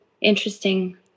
interesting